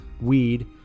weed